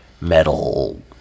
metal